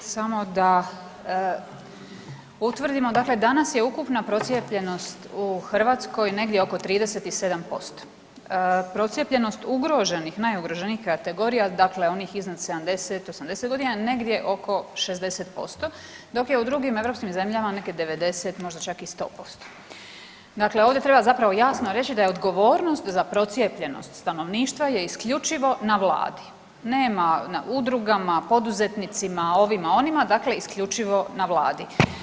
Samo da utvrdimo, dakle danas je ukupna procijepljenost u Hrvatskoj negdje oko 37%, procijepljenost ugroženih, najugroženijih kategorija dakle onih iznad 70, 80 godina negdje oko 60% dok je u drugim europskim zemljama nekih 90 možda čak i 100%, dakle ovdje treba jasno reći da je odgovornost za procijepljenost stanovništva je isključivo na Vladi, nema na udrugama, poduzetnicima, ovima, onima dakle isključivo na Vladi.